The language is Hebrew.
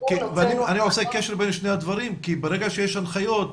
אני עושה קשר בין שני הדברים כי ברגע שיש הנחיות,